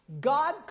God